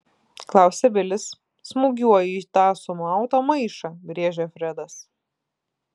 klausia vilis smūgiuoju į tą sumautą maišą rėžia fredas